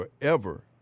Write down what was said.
forever